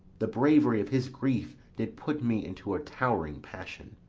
the bravery of his grief did put me into a towering passion.